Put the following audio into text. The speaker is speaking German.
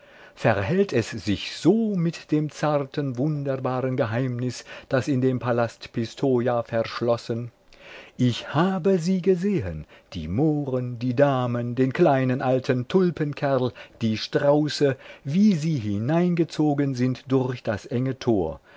verhält es sich so mit dem zarten wunderbaren geheimnis das in dem palast pistoja verschlossen ich habe sie gesehen die mohren die damen den kleinen alten tulpenkerl die strauße wie sie hineingezogen sind durch das enge tor